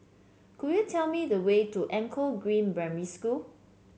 could you tell me the way to Anchor Green Primary School